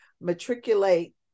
matriculate